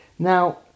Now